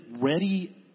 ready